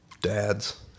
dads